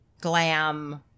glam